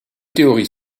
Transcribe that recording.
théories